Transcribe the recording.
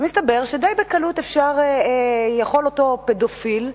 מסתבר שדי בקלות יכול אותו פדופיל,